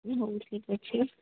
ହଉ ଠିକ୍ ଅଛି